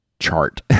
Chart